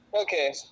Okay